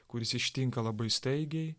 kuris ištinka labai staigiai